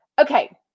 Okay